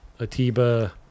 Atiba